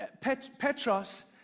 Petros